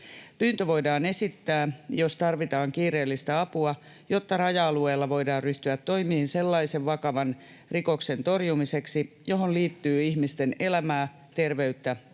Pyyntö voidaan esittää, jos tarvitaan kiireellistä apua, jotta raja-alueella voidaan ryhtyä toimiin sellaisen vakavan rikoksen torjumiseksi, johon liittyy ihmisten elämää, terveyttä tai